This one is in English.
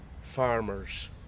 farmers